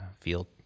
field